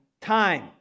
time